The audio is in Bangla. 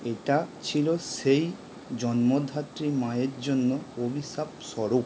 এটা ছিল সেই জন্মদাত্রী মায়ের জন্য অভিশাপ স্বরূপ